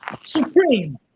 supreme